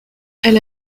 elle